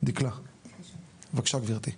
בבקשה גברתי.